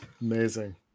Amazing